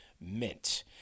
mint